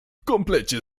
komplecie